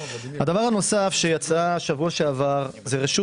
הדבר הנוסף שיצא שבוע שעבר - זה רשות